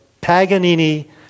Paganini